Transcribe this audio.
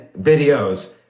videos